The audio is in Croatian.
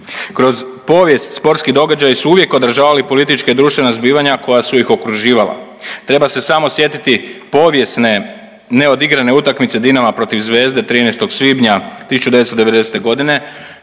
Kroz povijest sportski događaji su uvijek odražavali politička i društvena zbivanja koja su ih okruživala, treba se samo sjetiti povijesne neodigrane utakmice Dinama protiv Zvezde 13. svibnja 1990.g.